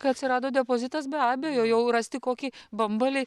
kai atsirado depozitas be abejo jau rasti kokį bambalį